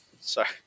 sorry